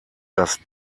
dass